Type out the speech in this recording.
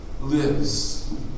lives